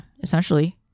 essentially